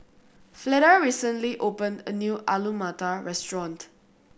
Fleda recently opened a new Alu Matar Restaurant